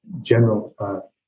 general